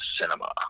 Cinema